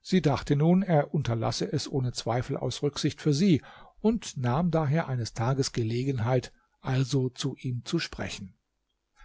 sie dachte nun er unterlasse es ohne zweifel aus rücksicht für sie und nahm daher eines tags gelegenheit also zu ihm zu sprechen